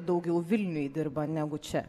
daugiau vilniuj dirba negu čia